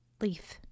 Leaf